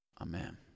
amen